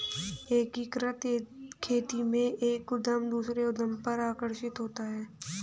एकीकृत खेती में एक उद्धम दूसरे उद्धम पर आश्रित होता है